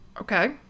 Okay